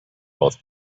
both